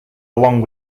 along